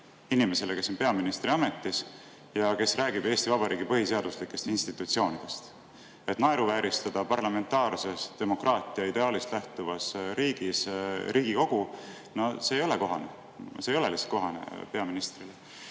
inimesele, kes on peaministriametis ja kes räägib Eesti Vabariigi põhiseaduslikest institutsioonidest. Naeruvääristada parlamentaarse demokraatia ideaalist lähtuvas riigis Riigikogu – see ei ole kohane, see ei ole peaministrile